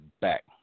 back